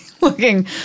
looking